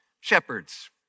shepherds